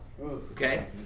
okay